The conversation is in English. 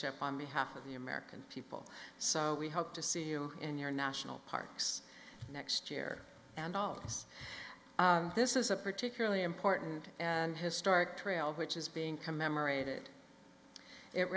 stewardship on behalf of the american people so we hope to see you in your national parks next year and all of us this is a particularly important and historic trail which is being commemorated it